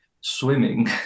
swimming